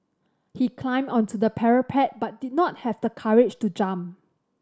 he climbed onto the parapet but did not have the courage to jump